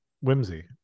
whimsy